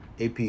AP